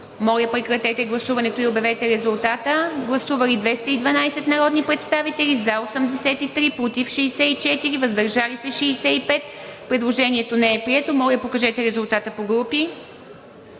глас. Прегласуване, колеги. Гласували 212 народни представители: за 83, против 64, въздържали се 65. Предложението не е прието. Моля, покажете резултата по групи.